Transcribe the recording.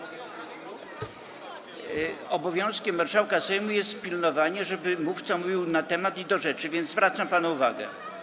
Obowiązkiem marszałka Sejmu jest pilnowanie, żeby mówca mówił na temat i do rzeczy, więc zwracam panu uwagę.